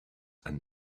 and